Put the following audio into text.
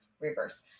reverse